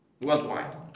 worldwide